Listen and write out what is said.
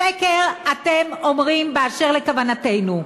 שקר אתם אומרים באשר לכוונתנו,